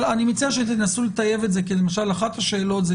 אבל אני מציע שתנסו לטייב את זה כי אחת השאלות,